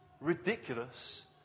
ridiculous